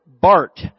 Bart